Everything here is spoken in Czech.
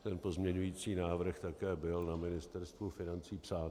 Ten pozměňující návrh také byl na Ministerstvu financí psán.